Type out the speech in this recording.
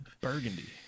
Burgundy